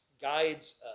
guides